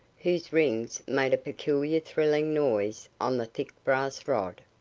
whose rings made a peculiar thrilling noise on the thick brass rod.